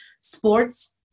Sports